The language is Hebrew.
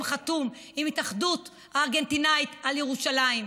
חתום עם ההתאחדות הארגנטינאית על ירושלים.